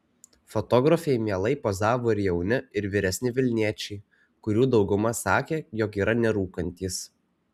fotografei mielai pozavo ir jauni ir vyresni vilniečiai kurių dauguma sakė jog yra nerūkantys